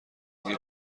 دیگه